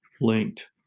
linked